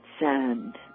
sand